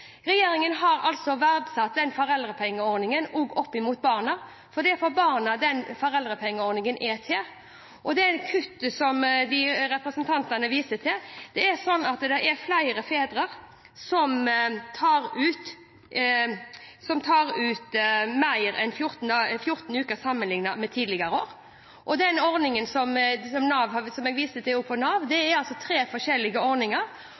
Regjeringen har verdsatt den foreldrepengeordningen overfor barna, for det er barna foreldrepengeordningen er for. Når det gjelder det kuttet som representantene viser til, er det slik at det er flere fedre som tar ut mer enn 14 uker sammenlignet med tidligere år. Den ordningen hos Nav som jeg viste til, er en av tre forskjellige ordninger. Det er